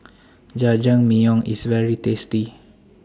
Jajangmyeon IS very tasty